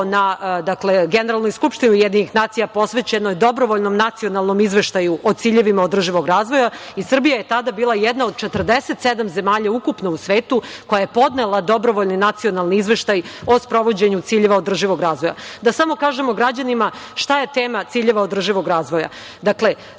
na Generalnoj skupštini UN posvećenoj Dobrovoljnom nacionalnom izveštaju o ciljevima održivog razvoja i Srbija je tada bila jedna od 47 zemalja ukupno u svetu koja je podnela Dobrovoljni nacionalni izveštaj o sprovođenju ciljeva održivog razvoja. Da samo kažem građanima šta je tema ciljeva održivog razvoja.